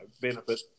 benefit